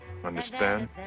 Understand